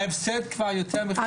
ההפסד כבר קיים.